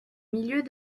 milieux